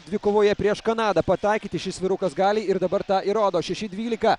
dvikovoje prieš kanadą pataikyti šis vyrukas gali ir dabar tą įrodo šeši dvylika